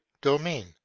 domain